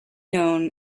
known